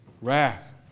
wrath